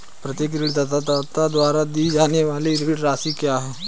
प्रत्येक ऋणदाता द्वारा दी जाने वाली ऋण राशि क्या है?